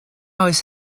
oes